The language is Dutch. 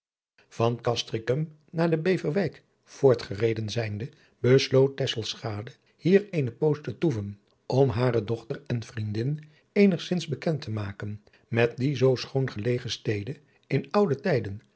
van castricum naar de beverwijk voortgereden zijnde besloot tesselschade hier eene poos te toeven om hare dochter en vriendin eenigzins bekend te maken met die zoo schoon gelegen stede in oude tijden